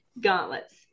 gauntlets